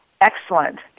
Excellent